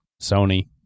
Sony